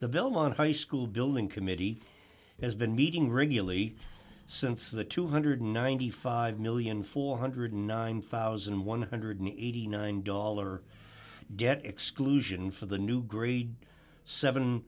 the belmont high school building committee has been meeting regularly since the two hundred and ninety five million four hundred and nine thousand one hundred and eighty nine dollar debt exclusion for the new grade seven